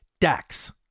Dax